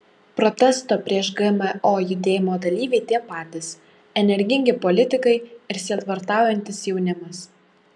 protesto prieš gmo judėjimo dalyviai tie patys energingi politikai ir sielvartaujantis jaunimas